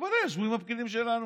בוודאי ישבו עם הפקידים שלנו.